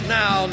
now